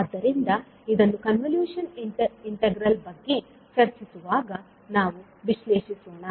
ಆದ್ದರಿಂದ ಇದನ್ನು convolution integral ಬಗ್ಗೆ ಚರ್ಚಿಸುವಾಗ ನಾವು ವಿಶ್ಲೇಷಿಸೋಣ